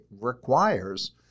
requires